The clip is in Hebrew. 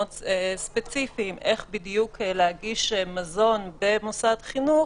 ספציפיים איך בדיוק להגיש מזון במוסד חינוך,